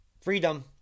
Freedom